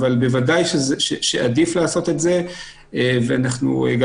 בוודאי שעדיף לעשות את זה ואנחנו גם